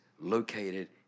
located